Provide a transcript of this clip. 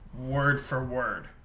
word-for-word